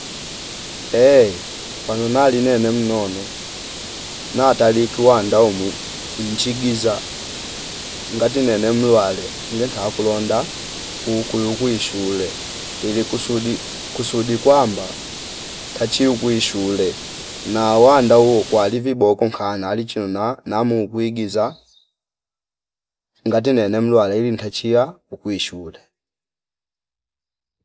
Ehh pano naline nemnono natalik wanda umwi inchigiza ngati nene mlwale nge ntakulonda kuu kulukwi shule ili kusuddi, kusudi kwamba tachi ukwi shule na wanda uwo kwali viboko nka nali chiuna namu ukwi giza ngati nene mlwa levi ntachia ukwi shule